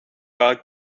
are